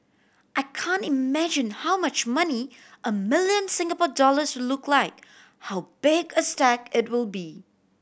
I can't imagine how much money a million Singapore dollars will look like how big a stack it will be